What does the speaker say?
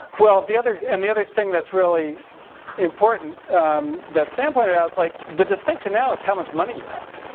well the other. and the other thing that's really important that sam pointed out it's like, the distinction now is how much money you have,